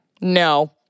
No